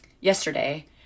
yesterday